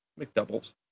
McDoubles